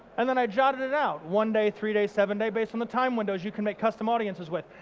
and then i jotted it out, one day, three day, seven day, based on the time windows you can make custom audiences with.